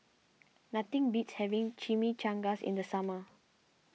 nothing beats having Chimichangas in the summer